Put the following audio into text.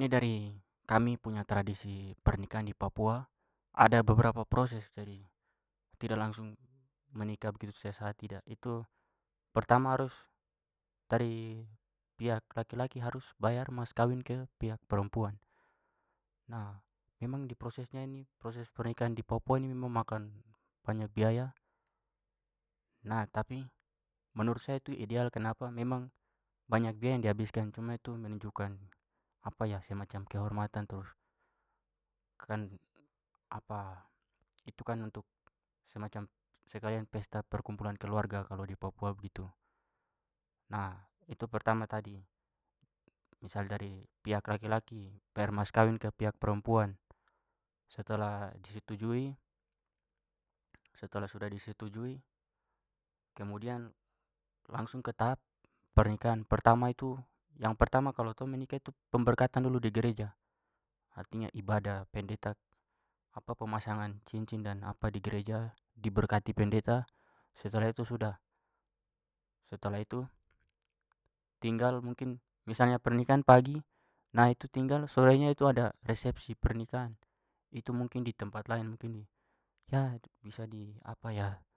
ini dari kami punya tradisi pernikahan di papua ada beberapa proses. Jadi tidak langsung menikah begitu saja, tidak. Itu pertama harus- dari pihak laki-laki harus bayar mas kawin ke pihak perempuan. Nah, memang di prosesnya ini- proses pernikahan di papua ini memang makan banyak biaya. Nah, tapi menurut saya itu ideal, kenapa, memang banyak biaya yang dihabiskan cuma itu menunjukkan semacam kehormatan itu kan untuk semacam- sekalian pesta perkumpulan keluarga. Kalau di papua begitu. Nah, itu pertama tadi misal dari pihak laki-laki bayar mas kawin ke pihak perempuan. Setelah disetujui- setelah sudah disetujui kemudian langsung ke tahap pernikahan. Pertama itu- yang pertama kalau tong menikah itu pemberkatan dulu di gereja. Artinya ibadah, pendeta pemasangan cincin dan apa di gereja diberkati pendeta. Setelah itu sudah. Setelah itu tinggal mungkin- misalnya pernikahan pagi nah itu tinggal sorenya itu ada resepsi pernikahan. Itu mungkin di tempat lain bikinnya.